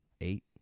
eight